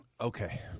Okay